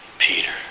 Peter